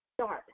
start